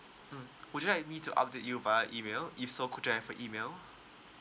mm would you like me to update you via email if so could I have your email